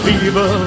Fever